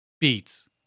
beats